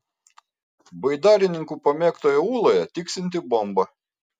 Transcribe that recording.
baidarininkų pamėgtoje ūloje tiksinti bomba